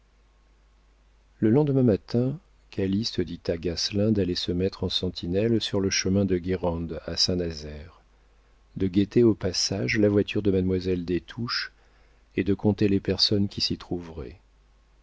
le lendemain matin calyste dit à gasselin d'aller se mettre en sentinelle sur le chemin de guérande à saint-nazaire de guetter au passage la voiture de mademoiselle des touches et de compter les personnes qui s'y trouveraient